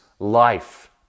Life